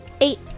Eight